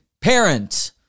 parent